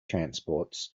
transports